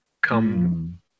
come